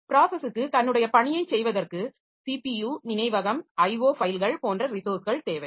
ப்ராஸஸுக்கு தன்னுடைய பணியை செய்வதற்கு ஸிபியு நினைவகம் IO ஃபைல்கள் போன்ற ரிசோர்ஸ்கள் தேவை